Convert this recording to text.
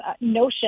notion